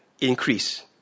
increase